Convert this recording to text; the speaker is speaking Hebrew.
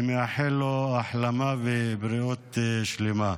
אני מאחל לו החלמה ובריאות שלמה.